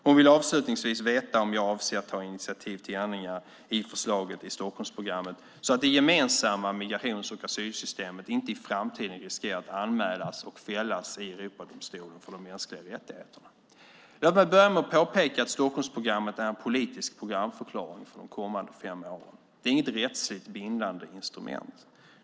Hon vill avslutningsvis veta om jag avser att ta initiativ till ändringar i förslaget i Stockholmsprogrammet så att det gemensamma migrations och asylsystemet inte i framtiden riskerar att anmälas och fällas i Europadomstolen för de mänskliga rättigheterna. Låt mig börja med att påpeka att Stockholmsprogrammet är en politisk programförklaring för de kommande fem åren. Det är inget rättsligt bindande instrument.